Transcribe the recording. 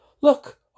Look